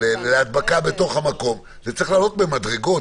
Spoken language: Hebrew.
להדבקה בתוך המקום זה צריך לעלות במדרגות,